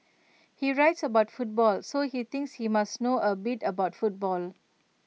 he writes about football so he thinks he must know A bit about football